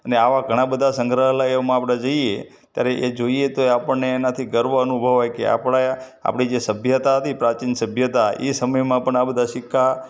અને આવા ઘણાં બધા સંગ્રહાલયોમાં આપણે જઇએ ત્યારે એ જોઈએ તો ય આપણને એનાથી ગર્વ અનુભવાય કે આપણે આપણી જે સભ્યતા હતી પ્રાચીન સભ્યતા એ સમયમાં પણ આ બધા સિક્કા